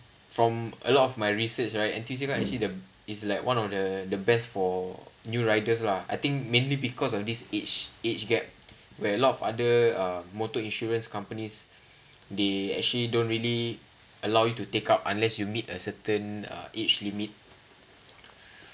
from a lot of my research right N_T_U_C quite actually the is like one of the the best for new riders lah I think mainly because of this age age gap where a lot of other uh motor insurance companies they actually don't really allow you to take up unless you meet a certain uh age limit